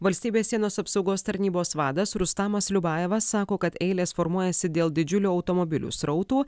valstybės sienos apsaugos tarnybos vadas rustamas liubajevas sako kad eilės formuojasi dėl didžiulių automobilių srautų